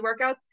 workouts